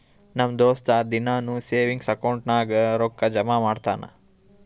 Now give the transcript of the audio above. ನಮ್ ದೋಸ್ತ ದಿನಾನೂ ಸೇವಿಂಗ್ಸ್ ಅಕೌಂಟ್ ನಾಗ್ ರೊಕ್ಕಾ ಜಮಾ ಮಾಡ್ತಾನ